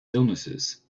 illnesses